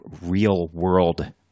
real-world